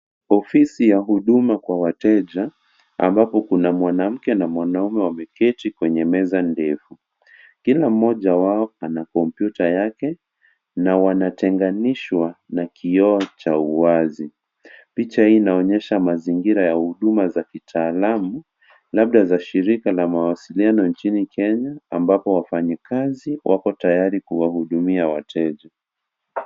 Ofisi ya huduma kwa wateja ambapo kuna mwanamke na mwanaume wameketi kwenye meza ndefu. Kila mmoja wao ana kompyuta yake na wanatenganishwa na kioo cha uwazi. Picha hii inaonyesha mazingira ya huduma za kitaalamu, labda za shirika la mawasiliano nchini Kenya ambapo wafanyakazi wako tayari kuwahudumia wateja.